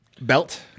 Belt